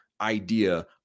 idea